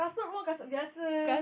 kasut pun kasut biasa